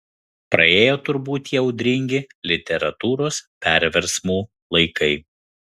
praėjo turbūt tie audringi literatūros perversmų laikai